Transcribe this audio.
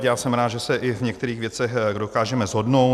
Já jsem rád, že se i v některých věcech dokážeme shodnout.